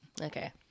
Okay